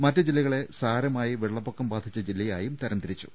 മറ്റ് ജില്ലകളെ സാരമായി വെള്ളപ്പൊക്കം ബാധിച്ച ജില്ല യായും തരംതിരിച്ചു